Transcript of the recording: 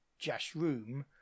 Jashroom